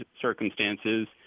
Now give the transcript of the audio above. circumstances